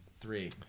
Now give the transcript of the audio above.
Three